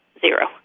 zero